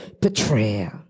Betrayal